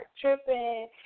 tripping